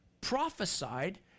prophesied